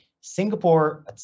Singapore